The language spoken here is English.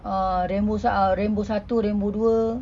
uh rambo sa~ satu rambo dua